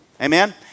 Amen